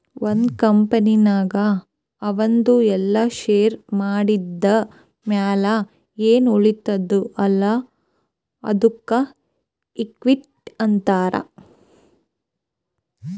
ಒಂದ್ ಕಂಪನಿನಾಗ್ ಅವಂದು ಎಲ್ಲಾ ಶೇರ್ ಮಾರಿದ್ ಮ್ಯಾಲ ಎನ್ ಉಳಿತ್ತುದ್ ಅಲ್ಲಾ ಅದ್ದುಕ ಇಕ್ವಿಟಿ ಅಂತಾರ್